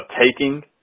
taking